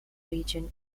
region